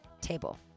table